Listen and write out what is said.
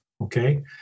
okay